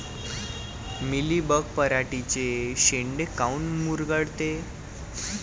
Mealybug पराटीचे चे शेंडे काऊन मुरगळते?